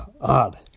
odd